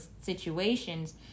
situations